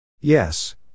Yes